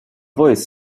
voice